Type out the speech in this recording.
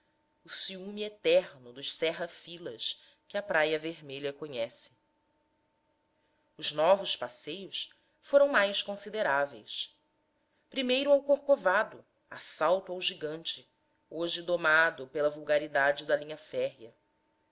o ciúme eterno dos cerra filas que a praia vermelha conhece os nossos passeios foram mais consideráveis primeiro ao corcovado assalto ao gigante hoje domado pela vulgaridade da linha férrea